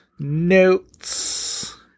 notes